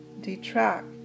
detract